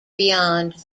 beyond